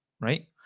right